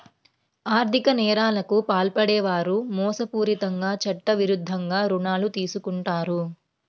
ఆర్ధిక నేరాలకు పాల్పడే వారు మోసపూరితంగా చట్టవిరుద్ధంగా రుణాలు తీసుకుంటారు